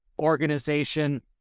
organization